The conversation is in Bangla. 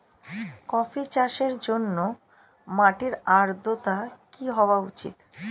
কফি চাষের জন্য মাটির আর্দ্রতা কি হওয়া উচিৎ?